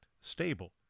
stable